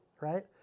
right